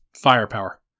firepower